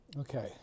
Okay